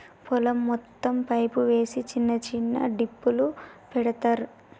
పొలం మొత్తం పైపు వేసి చిన్న చిన్న డ్రిప్పులు పెడతార్